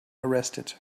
arrested